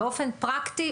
באופן פרקטי,